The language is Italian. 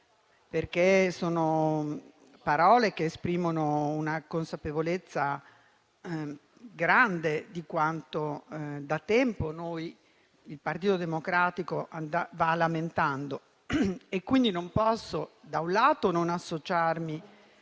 perché sono parole che esprimono una consapevolezza grande di quanto da tempo il Partito Democratico va lamentando. Non posso quindi non associarmi